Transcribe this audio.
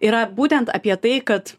yra būtent apie tai kad